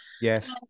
yes